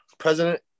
President